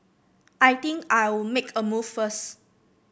I think I'll make a move first